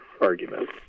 argument